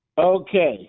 Okay